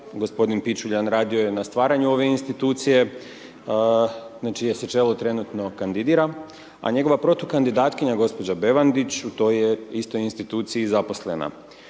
gospodin Pičuljan radio je na stvaranju ove institucije, na čije se čelo trenutno kandidira, a njegova protukandidatkinja gospođa Bevandić u toj je istoj instituciji zaposlena.